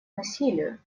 насилию